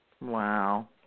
Wow